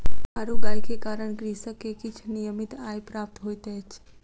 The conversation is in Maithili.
दुधारू गाय के कारण कृषक के किछ नियमित आय प्राप्त होइत अछि